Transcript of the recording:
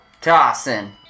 Tossing